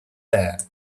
there